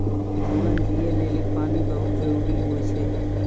जीवन जियै लेलि पानी बहुत जरूरी होय छै?